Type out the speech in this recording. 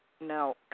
no